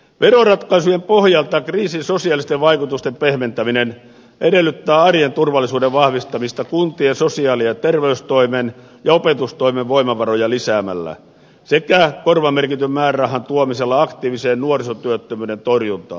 veroratkaisujen pohjalta kriisin sosiaalisten vaikutusten pehmentäminen edellyttää arjen turvallisuuden vahvistamista kuntien sosiaali ja terveystoimen ja opetustoimen voimavaroja lisäämällä sekä korvamerkityn määrärahan tuomisella aktiiviseen nuorisotyöttömyyden torjuntaan